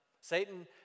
Satan